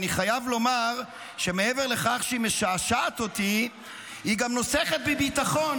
אני חייב לומר שמעבר לכך שהיא משעשעת אותי היא גם נוסכת בי ביטחון,